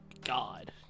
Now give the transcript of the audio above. god